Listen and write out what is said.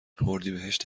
اردیبهشت